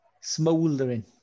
Smouldering